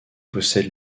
possède